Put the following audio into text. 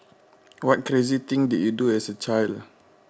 what crazy thing did you do as a child